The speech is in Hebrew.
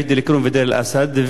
מג'ד-אל-כרום ודיר-אל-אסד,